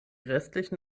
restlichen